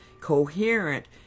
coherent